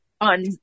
on